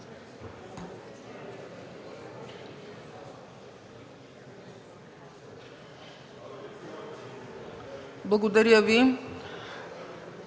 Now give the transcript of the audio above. Благодаря Ви,